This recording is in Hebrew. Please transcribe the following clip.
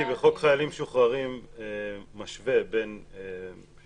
כי חוק חיילים משוחררים משווה בין משרתי